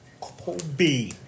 Kobe